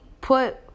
put